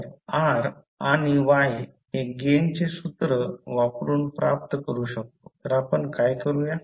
तर R आणि Y हे गेन चे सूत्र वापरून प्राप्त करू शकतो तर आपण काय करू